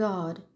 God